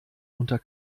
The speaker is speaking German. unter